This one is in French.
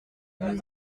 nous